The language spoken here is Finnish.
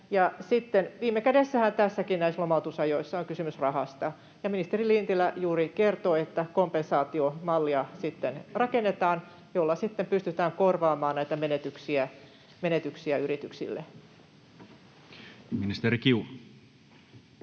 viime kädessähän näissä lomautusajoissa on kysymys rahasta. Ministeri Lintilä juuri kertoi, että kompensaatiomallia rakennetaan, jolla sitten pystytään korvaamaan näitä menetyksiä yrityksille. Ministeri Kiuru.